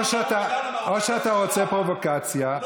או שאתה רוצה פרובוקציה,